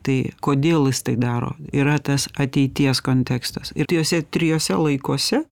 tai kodėl jis tai daro yra tas ateities kontekstas ir tuose trijuose laikuose